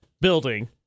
building